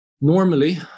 normally